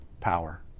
power